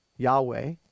Yahweh